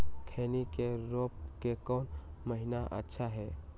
खैनी के रोप के कौन महीना अच्छा है?